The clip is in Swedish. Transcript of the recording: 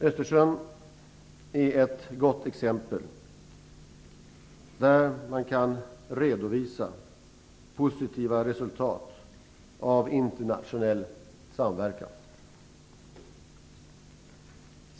Östersjön är ett gott exempel där man kan redovisa positiva resultat av internationell samverkan.